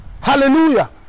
Hallelujah